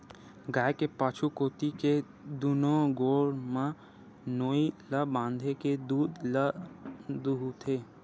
गाय के पाछू कोती के दूनो गोड़ म नोई ल बांधे के दूद ल दूहूथे